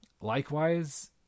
Likewise